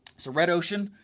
so red ocean,